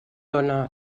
dóna